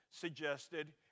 Suggested